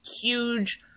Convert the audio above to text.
huge